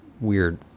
weird